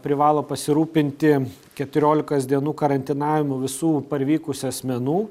privalo pasirūpinti keturiolikos dienų karantinavimu visų parvykusių asmenų